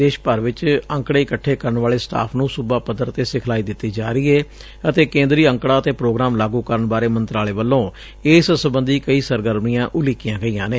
ਦੇਸ਼ ਭਰ ਵਿਚ ਅੰਕੜੇ ਇਕੱਠੇ ਕਰਨ ਵਾਲੇ ਸਟਾਫ਼ ਨੂੰ ਸੂਬਾ ਪੱਧਰ ਤੇ ਸਿਖਲਾਈ ਦਿੱਤੀ ਜਾ ਰਹੀ ਏ ਅਤੇ ਕੇਂਦਰੀ ਅੰਕੜਾ ਅਤੇ ਪ੍ਰੋਗਰਾਮ ਲਾਗੂ ਕਰਨ ਬਾਰੇ ਮੰਤਰਾਲੇ ਵੱਲੋਂ ਇਸ ਸਬੰਧੀ ਕਈ ਸਰਗਰਮੀਆਂ ਉਲੀਕੀਆਂ ਗਈਆਂ ਨੇ